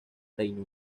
reino